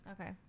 Okay